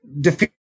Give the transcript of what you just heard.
defeat